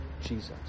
Jesus